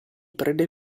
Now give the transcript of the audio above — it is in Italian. prede